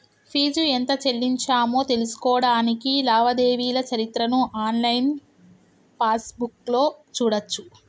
fee ఎంత చెల్లించామో తెలుసుకోడానికి లావాదేవీల చరిత్రను ఆన్లైన్ పాస్బుక్లో చూడచ్చు